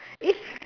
is